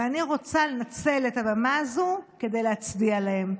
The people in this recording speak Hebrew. ואני רוצה לנצל את הבמה הזו כדי להצדיע להם.